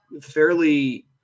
fairly